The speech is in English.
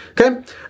Okay